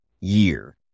year